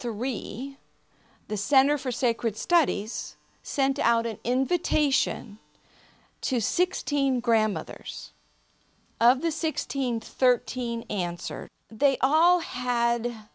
three the center for sacred studies sent out an invitation to sixteen grandmothers of the sixteen thirteen answer they all had